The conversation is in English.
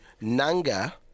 Nanga